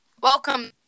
Welcome